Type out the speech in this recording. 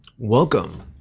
welcome